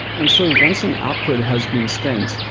and so once an output has been spent,